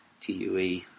TUE